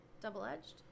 Double-edged